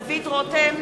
(קוראת בשמות חברי הכנסת) דוד רותם,